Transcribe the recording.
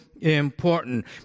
important